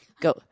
go